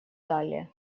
далее